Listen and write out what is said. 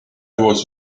was